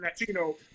Latino